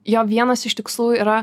jo vienas iš tikslų yra